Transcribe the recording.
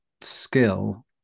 skill